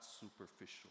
superficial